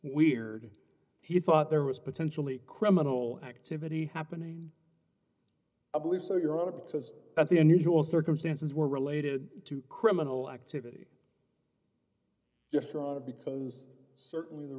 weird he thought there was potentially criminal activity happening i believe so your honor because at the unusual circumstances were related to criminal activity yes toronto because certainly the